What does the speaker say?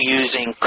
using